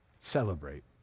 celebrate